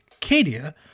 Cadia